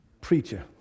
Preacher